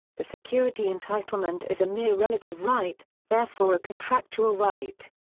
the security entitlement is a mere relative right, therefore a contractual right.